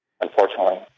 unfortunately